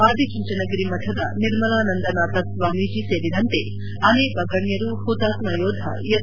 ಆದಿಚುಂಚನಗಿರಿ ಮಠದ ನಿರ್ಮಲಾನಂದನಾಥ ಸ್ವಾಮೀಜಿ ಸೇರಿದಂತೆ ಅನೇಕ ಗಣ್ಯರು ಹುತಾತ್ಮ ಯೋಧ ಎಚ್